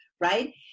right